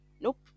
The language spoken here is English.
Nope